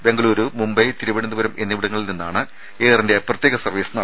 ബെങ്കലൂരു മുംബൈ തിരുവനന്തപുരം എന്നിവിടങ്ങളിൽ നിന്നാണ് Air India പ്രത്യേക സർവ്വീസ് നടത്തുന്നത്